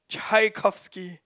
Tchaikovsky